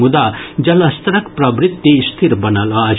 मुदा जलस्तरक प्रवृत्ति स्थिर बनल अछि